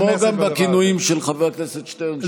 כמו גם בכינויים של חבר הכנסת שטרן,